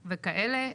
וכאלה.